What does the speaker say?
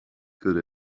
good